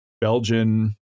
belgian